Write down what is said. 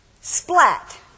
Splat